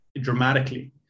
dramatically